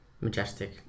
Majestic